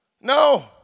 No